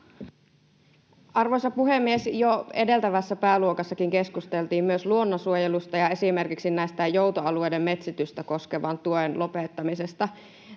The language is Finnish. Arvoisa puhemies! Jo edeltävässäkin pääluokassa keskusteltiin luonnonsuojelusta ja esimerkiksi joutoalueiden metsitystä koskevan tuen lopettamisesta.